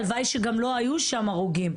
הלוואי שגם לא היו שם הרוגים,